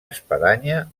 espadanya